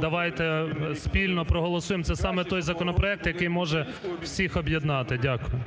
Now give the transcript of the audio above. Давайте спільно проголосуємо, це саме той законопроект, який може всіх об'єднати. Дякую.